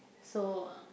so uh